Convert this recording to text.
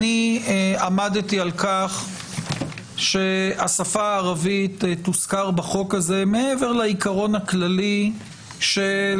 אני עמדתי על כך שהשפה הערבית תוזכר בחוק הזה מעבר לעיקרון הכללי של